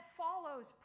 follows